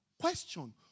Question